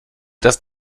das